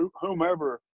whomever